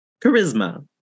charisma